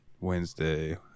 Wednesday